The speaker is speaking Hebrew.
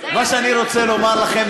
מה שאני רוצה לומר לכם,